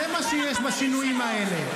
זה מה שיש בשינויים האלה.